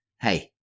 hey